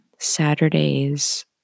Saturday's